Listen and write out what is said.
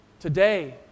today